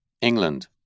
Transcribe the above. England